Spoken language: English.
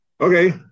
Okay